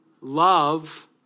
Love